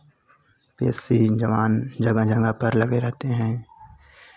B S C जवान जगह जगह पर लगे रहते हैं